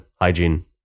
hygiene